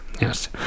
Yes